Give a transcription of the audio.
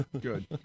Good